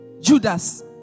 Judas